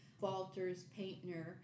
Walters-Paintner